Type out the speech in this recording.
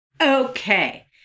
Okay